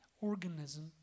organism